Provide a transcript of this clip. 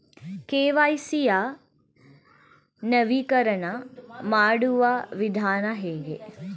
KYC ಯ ನವೀಕರಣ ಮಾಡುವ ವಿಧಾನ ಹೇಗೆ?